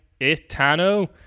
Itano